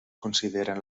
consideren